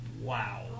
wow